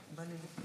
חברת הכנסת מיכאלי,